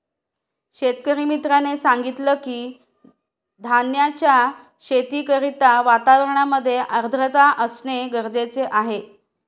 शेतकरी मित्राने सांगितलं की, धान्याच्या शेती करिता वातावरणामध्ये आर्द्रता असणे गरजेचे आहे